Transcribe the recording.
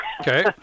Okay